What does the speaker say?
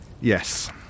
Yes